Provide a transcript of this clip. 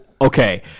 okay